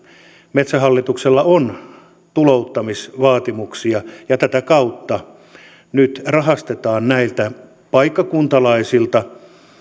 metsähallituksella on tulouttamisvaatimuksia ja tätä kautta nyt rahastetaan näiltä paikkakuntalaisilta